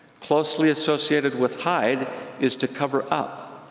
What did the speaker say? closely associated with hide is to cover up,